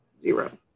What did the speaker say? Zero